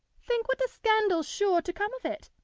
think what a scandal's sure to come of it!